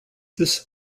this